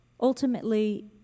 Ultimately